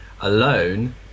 alone